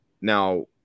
Now